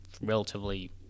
relatively